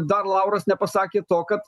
dar lauras nepasakė to kad